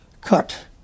cut